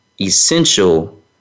essential